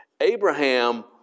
Abraham